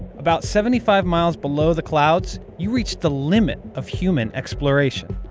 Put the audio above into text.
about seventy five miles below the clouds, you reach the limit of human exploration.